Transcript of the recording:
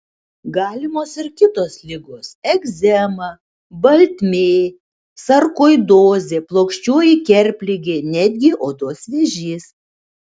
galimos ir kitos ligos egzema baltmė sarkoidozė plokščioji kerpligė netgi odos vėžys